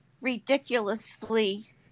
ridiculously